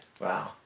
Wow